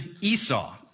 Esau